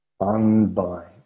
unbind